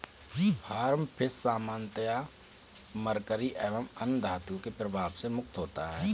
farm fish सामान्यतः mercury एवं अन्य धातुओं के प्रभाव से मुक्त होता है